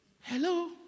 Hello